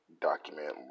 document